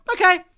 okay